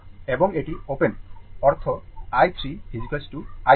এবং এটি ওপেন অর্থ i 3 i 1